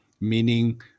meaning